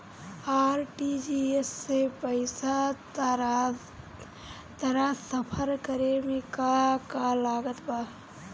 RTGS से पईसा transfer करे मे का का लागत बा?